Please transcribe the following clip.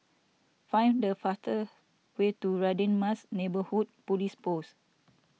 find the faster way to Radin Mas Neighbourhood Police Post